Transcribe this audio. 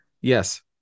yes